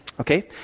okay